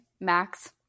Max